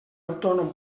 autònom